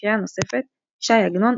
לקריאה נוספת ש"י עגנון,